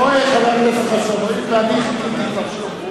חבר הכנסת חסון, הואיל וחיכיתי שיאמרו,